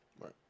Right